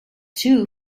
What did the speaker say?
two